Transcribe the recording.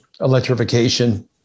electrification